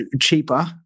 cheaper